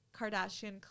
Kardashian